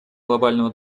глобального